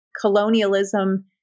colonialism